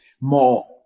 more